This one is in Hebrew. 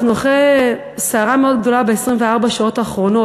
אנחנו אחרי סערה מאוד גדולה ב-24 השעות האחרונות.